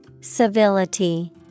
Civility